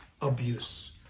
abuse